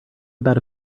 about